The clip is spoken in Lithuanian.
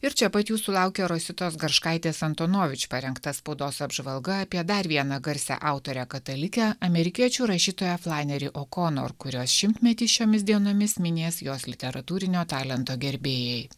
ir čia pat jūsų laukia rositos garškaitės antonovič parengta spaudos apžvalga apie dar vieną garsią autorę katalikę amerikiečių rašytoją flaneri okonur kurios šimtmetį šiomis dienomis minės jos literatūrinio talento gerbėjai